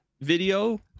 video